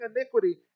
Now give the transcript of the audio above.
iniquity